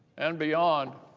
and beyond